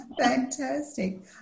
Fantastic